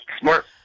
Smart